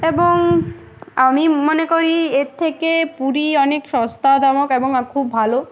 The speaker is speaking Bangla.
এবং আমি মনে করি এর থেকে পুরী অনেক সস্তা জনক এবং খুব ভালো